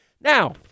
Now